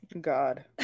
God